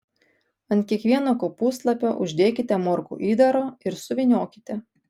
ant kiekvieno kopūstlapio uždėkite morkų įdaro ir suvyniokite